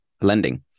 lending